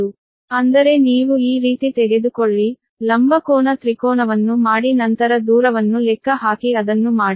ಅಂದರೆ ನೀವು ಈ ರೀತಿ ತೆಗೆದುಕೊಳ್ಳಿ ಲಂಬ ಕೋನ ತ್ರಿಕೋನವನ್ನು ಮಾಡಿ ನಂತರ ಡಿಸ್ಟೆನ್ಸ್ ಅನ್ನು ಲೆಕ್ಕ ಹಾಕಿ ಅದನ್ನು ಮಾಡಿ